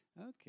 Okay